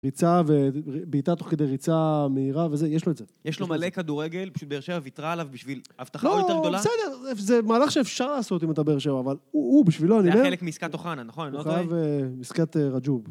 ריצה ובעיטה תוך כדי ריצה מהירה וזה, יש לו את זה. יש לו מלא כדורגל, פשוט באר שבע וויתרה עליו בשביל הבטחה יותר גדולה? לא, בסדר, זה מהלך שאפשר לעשות אם אתה באר שבע, אבל הוא בשבילו, אני יודע... זה היה חלק מעסקת אוחנה, נכון? אני לא טועה. חלק מעסקת רג'וב.